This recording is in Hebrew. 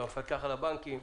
למפקח על הבנקים,